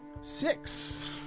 six